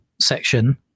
section